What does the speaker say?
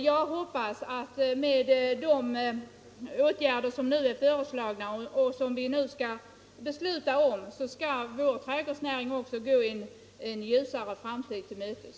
, Jag hoppas att vår trädgårdsnäring med de föreslagna åtgärderna, som vi nu kommer att besluta om, skall gå en ljusare framtid till mötes.